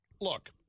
look